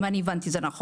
אם אני הבנתי את זה נכון.